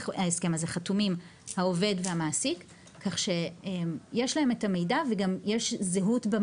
חתומים העובד והמעסיק ככה שיש לשניהם מידע זהה,